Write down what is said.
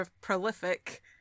prolific